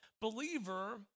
believer